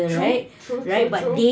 true true true true